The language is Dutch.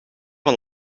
van